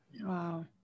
Wow